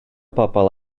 bobl